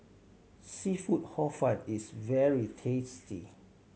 seafood Hor Fun is very tasty